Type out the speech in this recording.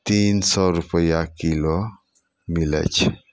तीन सओ रुपैआ किलो मिलै छै